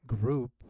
group